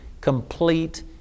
complete